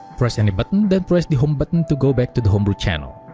press any button, then press the home button to go back to the homebrew channel